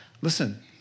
Listen